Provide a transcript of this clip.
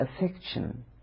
affection